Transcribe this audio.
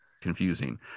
confusing